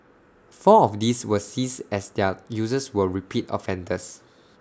four of these were seized as their users were repeat offenders